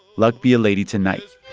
luck be a lady tonight